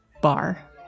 bar